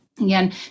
Again